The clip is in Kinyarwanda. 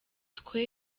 twe